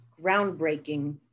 groundbreaking